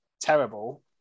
Terrible